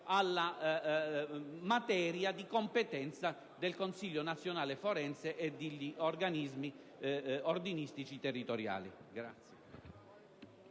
alla materia di competenza del Consiglio nazionale forense e degli organismi ordinistici territoriali.